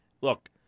look